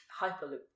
hyperloop